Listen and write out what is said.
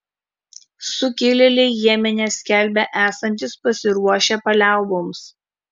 sukilėliai jemene skelbia esantys pasiruošę paliauboms